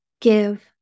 give